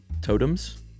totems